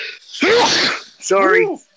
sorry